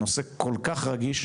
בנושא כל כך רגיש,